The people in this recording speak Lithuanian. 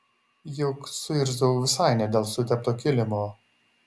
juk suirzau visai ne dėl sutepto kilimo